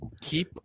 Keep